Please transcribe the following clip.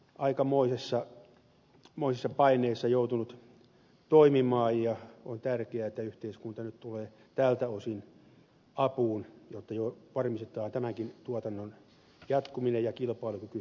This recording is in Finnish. ala on aikamoisessa paineessa joutunut toimimaan ja on tärkeää että yhteiskunta nyt tulee tältä osin apuun jotta varmistetaan tämänkin tuotannon jatkuminen ja kilpailukyky valtakunnassa